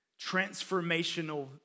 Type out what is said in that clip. transformational